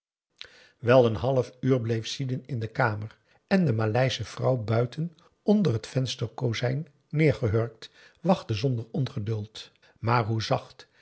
wel een half uur bleef sidin in de kamer en de maleische vrouw buiten onder het vensterkozijn neergehurkt wachtte zonder ongeduld maar hoe zacht